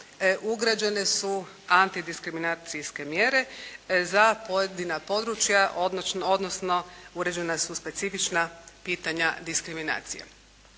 ugrađene su antidiskriminacijske mjere za pojedina područja odnosno uređena su specifična pitanja diskriminacije.